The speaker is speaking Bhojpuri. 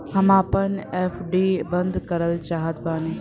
हम आपन एफ.डी बंद करल चाहत बानी